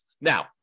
Now